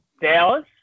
Dallas